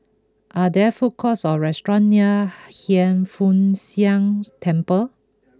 are there food courts or restaurant near Hiang Foo Siang Temple